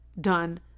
done